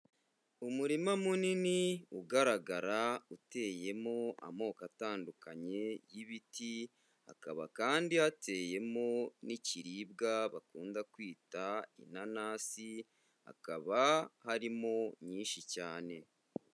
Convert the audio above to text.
Umurima munini ugaragara uteyemo amoko atandukanye y'ibiti, hakaba kandi hateyemo n'ikiribwa bakunda kwita inanasi, hakaba harimo nyinshi cyane.